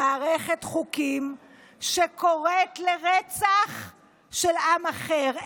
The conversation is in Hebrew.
מערכת חוקים שקוראת לרצח של עם אחר.